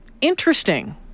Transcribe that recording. Interesting